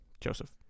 Joseph